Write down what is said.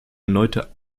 erneute